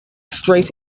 straight